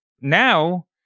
now